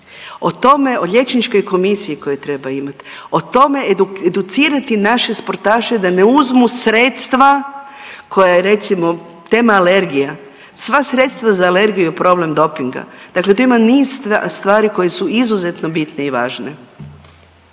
O tome, o liječničkoj komisiji koju treba imati, o tome educirati naše sportaše da ne uzmu sredstva koja je recimo tema alergija sva sredstva za alergiju je problem dopinga. Dakle, tu ima niz stvari koje su izuzetno bitne i važne.